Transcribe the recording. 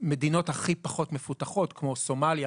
מדינות הכי פחות מפותחות כמו סומליה,